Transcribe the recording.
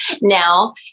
now